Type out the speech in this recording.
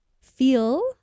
feel